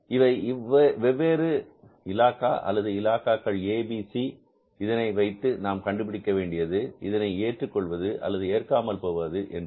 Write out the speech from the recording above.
இவை வெவ்வேறு இலாகா அல்லது இலாகாக்கள் ஏ பி சி இதனை வைத்து நாம் கண்டுபிடிக்க வேண்டியது இதனை ஏற்றுக் கொள்வது அல்லது ஏற்காமல் போவது என்பது